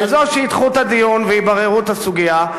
אז או שידחו את הדיון ויבררו את הסוגיה,